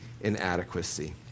inadequacy